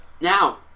Now